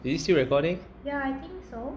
is it still recording